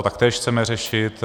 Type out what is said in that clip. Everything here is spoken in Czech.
To taktéž chceme řešit.